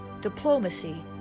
diplomacy